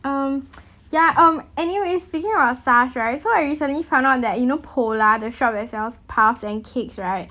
um ya um anyway speaking of SARS right so I recently found out that you know Polar the shop that sells puffs and cakes right